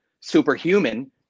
superhuman